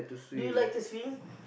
do you like to swim